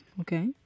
Okay